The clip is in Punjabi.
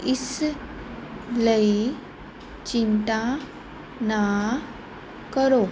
ਇਸ ਲਈ ਚਿੰਤਾ ਨਾ ਕਰੋ